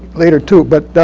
later, too. but